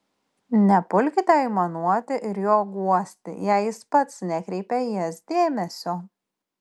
nepulkite aimanuoti ir jo guosti jei jis pats nekreipia į jas dėmesio